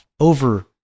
over